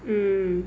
mm